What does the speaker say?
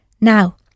Now